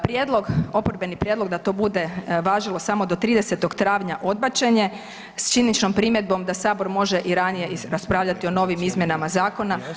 Prijedlog, oporbeni prijedlog da to bude važilo samo do 30. travnja odbačen je s ciničnom primjedbom da Sabor može i ranije raspravljati o novim izmjenama zakona.